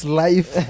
life